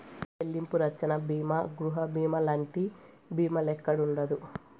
చెల్లింపు రచ్చన బీమా గృహబీమాలంటి బీమాల్లెక్కుండదు